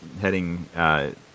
heading